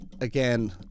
again